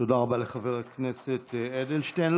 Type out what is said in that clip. תודה רבה לחבר הכנסת אדלשטיין.